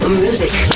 music